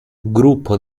gruppo